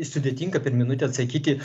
sudėtinga per minutę atsakyti